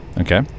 okay